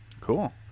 cool